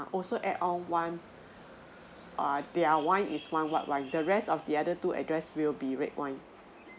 also add on wine err their wine is one white wine the rest of the other two address there will be red wine